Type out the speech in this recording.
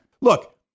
Look